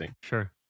sure